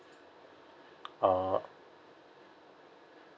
uh